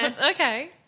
Okay